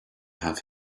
have